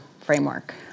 framework